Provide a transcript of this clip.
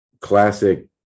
classic